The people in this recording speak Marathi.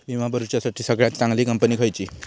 विमा भरुच्यासाठी सगळयात चागंली कंपनी खयची?